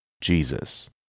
Jesus